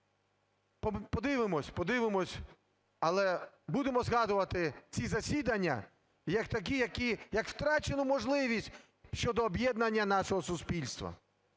подивимося, але будемо згадувати ці засідання як такі, які… як втрачену можливість щодо об'єднання нашого суспільства.